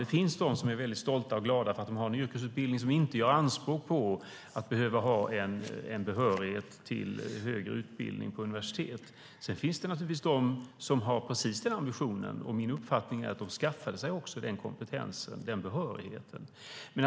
Det finns de som är stolta och glada över att de har en yrkesutbildning som inte gör anspråk på behörighet till högre utbildning på universitet. Sedan finns det de som har precis den ambitionen, och min uppfattning är att de skaffar sig den kompetensen, den behörigheten.